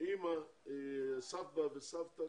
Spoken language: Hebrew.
אחים, אמא, סבות וסבתות.